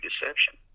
deception